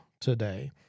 today